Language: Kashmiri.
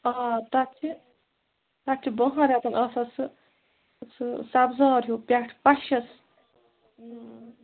آ تَتھ چھِ تَتھ چھِ بَہَن رٮ۪تَن آسان سُہ سُہ سبزار ہیوٗ پٮ۪ٹھ پَشَس